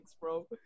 bro